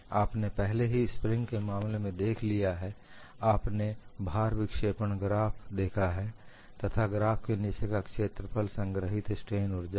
आपने पहले ही स्प्रिंग के मामले में देख लिया है आपने भार विक्षेपण ग्राफ देखा है तथा ग्राफ के नीचे का क्षेत्रफल संग्रहित स्ट्रेन ऊर्जा है